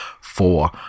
four